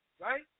Right